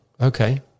Okay